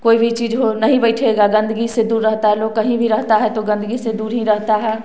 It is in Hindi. कोई भी चीज हो नहीं बैठगा गंदगी से दूर रहता है लोग कहीं भी रहता हैं तो गंदगी से दूर ही रहता है